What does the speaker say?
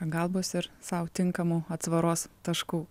pagalbos ir sau tinkamų atsvaros taškų